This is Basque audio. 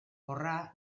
horra